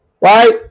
right